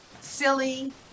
silly